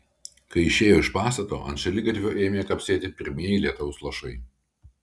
kai išėjo iš pastato ant šaligatvio ėmė kapsėti pirmieji lietaus lašai